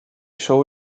show